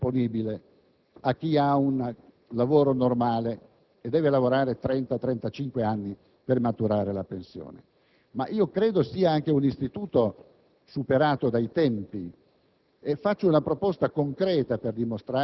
legislatura sia difficilmente proponibile a chi ha un lavoro normale e deve attendere 30-35 anni per maturare la pensione. Credo però che sia anche un istituto superato dai tempi,